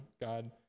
God